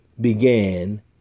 began